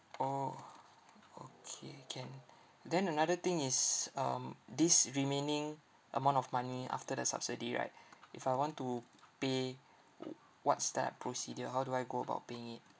orh okay can then another thing is um this remaining amount of money after the subsidy right if I want to pay oo what's the procedure how do I go about paying it